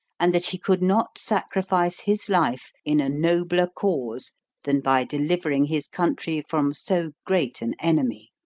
and that he could not sacrifice his life in a nobler cause than by delivering his country from so great an enemy.